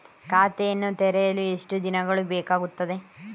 ಖಾತೆಯನ್ನು ತೆರೆಯಲು ಎಷ್ಟು ದಿನಗಳು ಬೇಕಾಗುತ್ತದೆ?